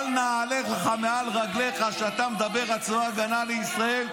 של נעליך מעל רגליך כשאתה מדבר על צבא ההגנה לישראל,